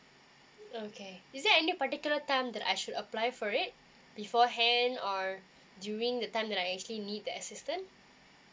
okay is there any particular time that I should apply for it before hand or during the time that I actually need the assistant